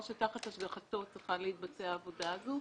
או שתחת השגחתו צריכה להתבצע העבודה הזו.